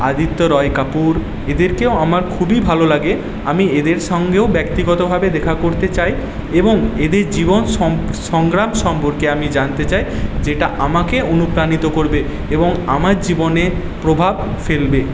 আদিত্য রয় কাপুর এদেরকেও আমার খুবই ভালো লাগে আমি এদের সঙ্গেও ব্যক্তিগতভাবে দেখা করতে চাই এবং এদের জীবন সম সংগ্রাম সম্পর্কে আমি জানতে চাই যেটা আমাকে অনুপ্রাণিত করবে এবং আমার জীবনে প্রভাব ফেলবে